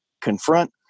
confront